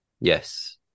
Yes